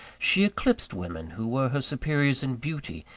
she eclipsed women who were her superiors in beauty,